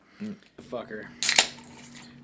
Fucker